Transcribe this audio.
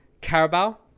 Carabao